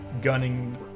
gunning